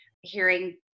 hearing